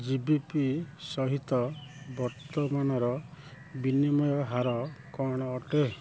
G B P ସହିତ ବର୍ତ୍ତମାନର ବିନିମୟ ହାର କ'ଣ ଅଟେ